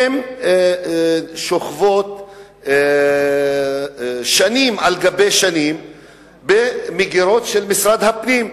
הן שוכבות שנים על גבי שנים במגירות של משרד הפנים,